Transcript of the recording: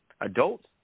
adults